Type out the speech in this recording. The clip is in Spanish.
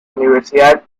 universidad